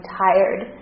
tired